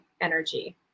energy